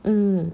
mm